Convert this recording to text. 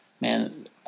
man